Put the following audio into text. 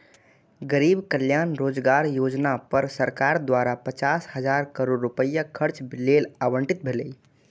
गरीब कल्याण रोजगार योजना पर सरकार द्वारा पचास हजार करोड़ रुपैया खर्च लेल आवंटित भेलै